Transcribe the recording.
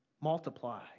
multiply